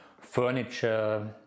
furniture